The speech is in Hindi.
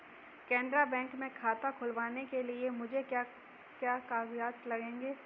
केनरा बैंक में खाता खुलवाने के लिए मुझे क्या क्या कागजात लगेंगे?